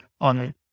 on